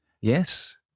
Yes